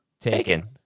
Taken